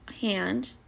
hand